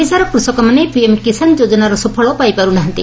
ଓଡ଼ିଶାର କୃଷକମାନେ ପିଏମ୍ କିଷାନ ଯୋଜନାର ସୁଫଳ ପାଇପାରୁ ନାହାଁନ୍ତି